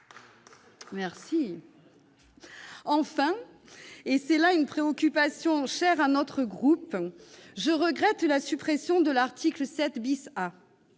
bien ! Enfin, et c'est là une préoccupation chère à notre groupe, je regrette la suppression de l'article 7 A.